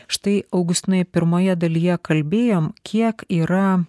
štai augustinai pirmoje dalyje kalbėjom kiek yra